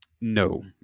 No